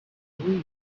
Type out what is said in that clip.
wii